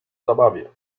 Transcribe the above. zabawie